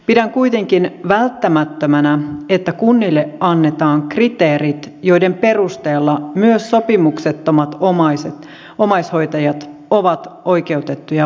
pidän kuitenkin välttämättömänä että kunnille annetaan kriteerit joiden perusteella myös sopimuksettomat omaishoitajat ovat oikeutettuja vapaaseen